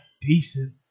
decent